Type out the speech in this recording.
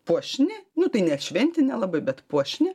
puošni nu tai ne šventinė labai bet puošni